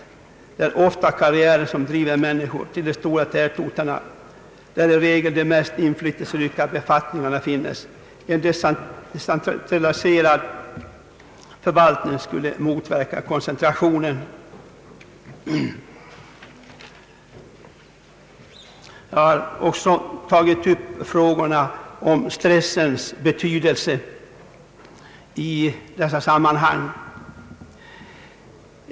Det är ofta karriären som driver människorna till de stora tätorterna, där i regel de mest inflytelserika befattningarna finns. En decentraliserad förvaltning skulle således motverka koncentrationen. Jag har också tagit upp frågorna om stressens betydelse i dessa sammanhang.